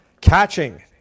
Catching